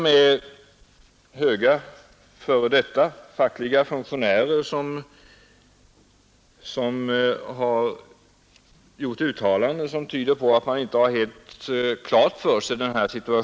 Även höga f. d. fackliga funktionärer har gjort uttalanden som tyder på att de inte har den situationen helt klar för sig.